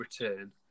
return